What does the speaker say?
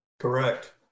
correct